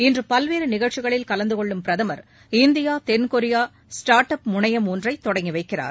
இன்று பல்வேறு நிகழ்ச்சிகளில் கலந்துகொள்ளும் பிரதமர் இந்தியா தென்கொரியா ஸ்டார்ட் அப் முனையம் ஒன்றை தொடங்கி வைக்கிறார்